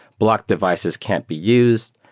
block devices can't be used.